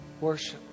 worship